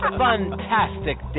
fantastic